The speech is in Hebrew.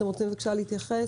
אתם רוצים בבקשה להתייחס?